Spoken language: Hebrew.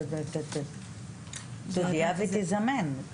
תודיע ותזמן.